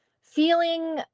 feeling